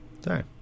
Sorry